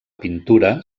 pintura